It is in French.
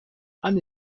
anne